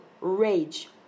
rage